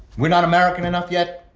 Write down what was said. we're not american enough yet?